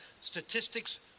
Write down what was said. statistics